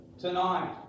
tonight